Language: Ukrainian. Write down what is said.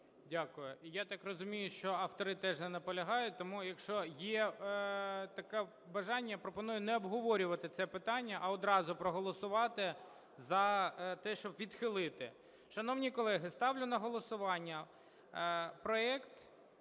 Дякую. Я так розумію, що автори теж не наполягають. Тому, якщо є таке бажання, пропоную не обговорювати це питання, а одразу проголосувати за те, щоб відхилити. Шановні колеги, ставлю на голосування щодо